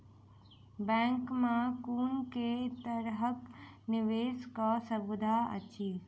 Bank मे कुन केँ तरहक निवेश कऽ सुविधा अछि?